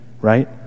right